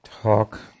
talk